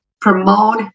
promote